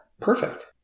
perfect